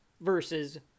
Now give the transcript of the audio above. versus